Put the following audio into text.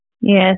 Yes